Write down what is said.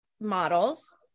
models